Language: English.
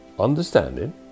understanding